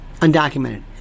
undocumented